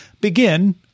Begin